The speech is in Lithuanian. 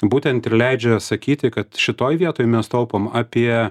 būtent ir leidžia sakyti kad šitoj vietoj mes taupom apie